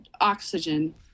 oxygen